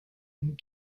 and